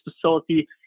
facility